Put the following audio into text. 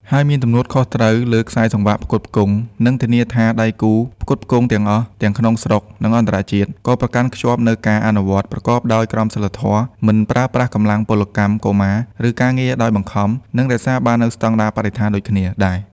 ហើយមានទំនួលខុសត្រូវលើខ្សែសង្វាក់ផ្គត់ផ្គង់ និងធានាថាដៃគូផ្គត់ផ្គង់ទាំងអស់ ទាំងក្នុងស្រុក និងអន្តរជាតិ ក៏ប្រកាន់ខ្ជាប់នូវការអនុវត្តប្រកបដោយក្រមសីលធម៌ មិនប្រើប្រាស់កម្លាំងពលកម្មកុមារ ឬការងារដោយបង្ខំ និងរក្សាបាននូវស្តង់ដារបរិស្ថានដូចគ្នាដែរ។